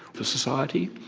for society.